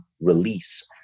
release